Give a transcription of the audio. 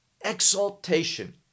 exaltation